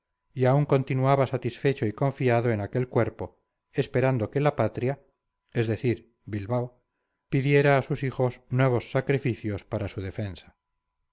y aún continuaba satisfecho y confiado en aquel cuerpo esperando que la patria es decir bilbao pidiera a sus hijos nuevos sacrificios para su defensa